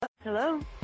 Hello